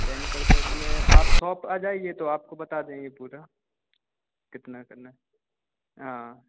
ten percent में आप सॉप आ जाइए तो आपको बता देंगे पूरा कितना करना है हाँ